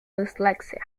dyslexia